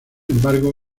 embargo